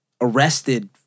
arrested